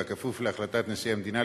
בכפוף להחלטת נשיא המדינה,